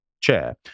chair